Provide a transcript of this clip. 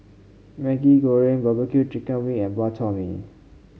Maggi Goreng barbecue chicken wing and Bak Chor Mee